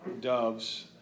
doves